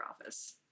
office